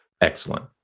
Excellent